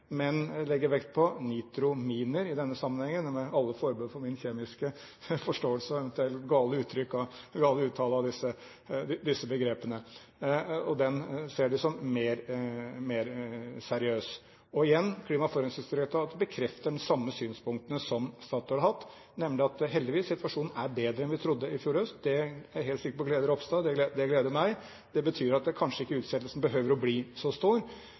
men legger vekt på nitraminer i denne sammenhengen – med forbehold om min kjemiske forståelse og eventuelt gale uttale av disse begrepene – og ser det som mer seriøst. Og igjen: Klima- og forurensningsdirektoratet bekreftet de samme synspunktene som Statoil har hatt, nemlig at situasjonen heldigvis er bedre enn vi trodde i fjor høst. Det er jeg helt sikker på at gleder Ropstad. Det gleder meg. Det betyr at utsettelsen kanskje ikke behøver å bli så